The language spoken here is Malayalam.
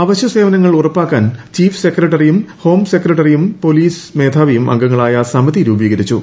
അവശ്യ സേവനങ്ങൾ ഉറപ്പാക്കാൻ ചീഫ് സെക്രട്ടറിയും ഹോം സെക്രട്ടറിയും പൊലീസ് മേധാവിയും അംഗങ്ങളായ സമിതി രൂപീകരിച്ചു